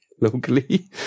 locally